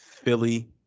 Philly